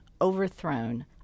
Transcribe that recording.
overthrown